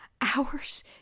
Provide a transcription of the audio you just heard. hours